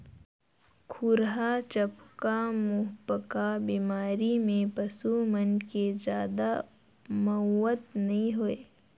खुरहा चपका, मुहंपका बेमारी में पसू मन के जादा मउत नइ होय